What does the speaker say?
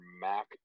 Mac